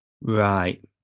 Right